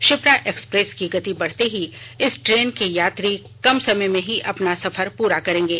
Shipra express की गति बढ़ते ही इस ट्रेन के यात्री कम समय में ही अपना सफर पूरा करेंगे